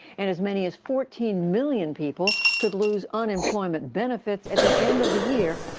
and as many as fourteen million people could lose unemployment benefits at the end of the year,